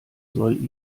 soll